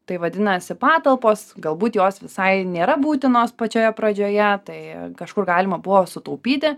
tai vadinasi patalpos galbūt jos visai nėra būtinos pačioje pradžioje tai kažkur galima buvo sutaupyti